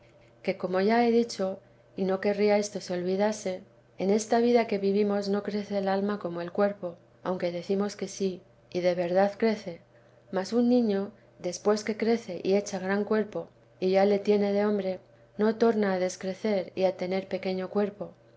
que como ya he dicho y no querría esto se olvidase en esta vida que vivimos no crece el alma como el cuerpo aunque decimos que sí y de verdad crece mas un niño después que crece y echa gran cuerpo y ya le tiene de hombre no torna a descrecer y a tener pequeño cuerpo